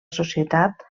societat